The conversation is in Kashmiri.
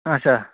اَچھا